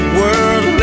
world